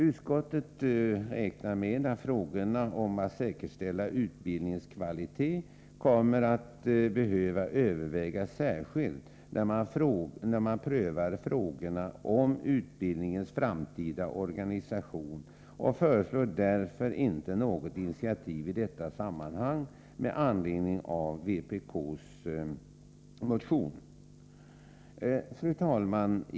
Utskottet räknar med att frågorna om att säkerställa utbildningens kvalitet kommer att behöva övervägas särskilt när man prövar frågorna om utbildningens framtida organisation och föreslår därför inte något initiativ i detta sammanhang med anledning av vpk:s motion. Fru talman!